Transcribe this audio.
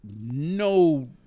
No